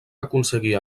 aconseguia